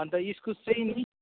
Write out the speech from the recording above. अन्त इस्कुस चाहिँ नि